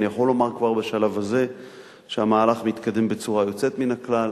אני יכול לומר כבר בשלב הזה שהמהלך מתקדם בצורה יוצאת מן הכלל.